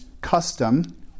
custom